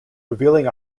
revealing